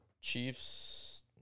Chiefs